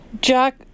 Jack